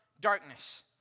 darkness